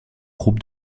groupes